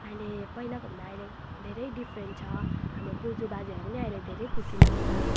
अहिले पहिलाको भन्दा अहिले धेरै डिफ्रेन्ट छ हाम्रो बोजुबाजेहरूलाई पनि अहिले धेरै खुसी लाग्छ